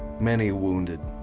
many wounded,